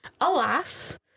Alas